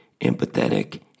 empathetic